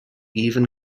even